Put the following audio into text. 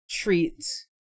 treats